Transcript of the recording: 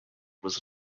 was